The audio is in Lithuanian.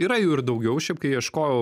yra jų ir daugiau šiaip kai ieškojau